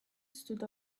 stood